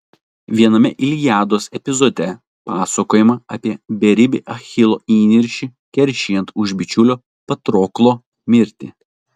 viename iliados epizode pasakojama apie beribį achilo įniršį keršijant už bičiulio patroklo mirtį